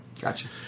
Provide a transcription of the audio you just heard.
Gotcha